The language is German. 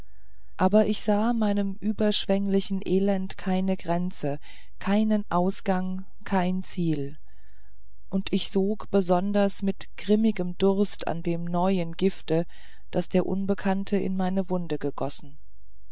aber ich sah meinem überschwenglichen elend keine grenzen keinen ausgang kein ziel und ich sog besonders mit grimmigem durst an dem neuen gifte das der unbekannte in meine wunden gegossen